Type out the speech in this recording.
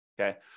okay